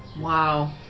Wow